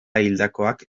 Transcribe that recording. hildakoak